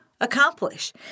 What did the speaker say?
accomplish